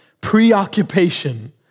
preoccupation